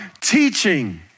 teaching